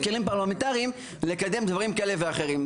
כלים פרלמנטריים לקידום דברים כאלה ואחרים.